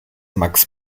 max